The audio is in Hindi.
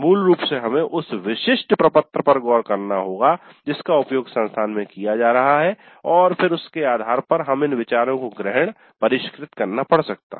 मूल रूप से हमें उस विशिष्ट प्रपत्र पर गौर करना होगा जिसका उपयोग संस्थान में किया जा रहा है और फिर उसके आधार पर हमें इन विचारों को ग्रहण परिष्कृत करना पड़ सकता है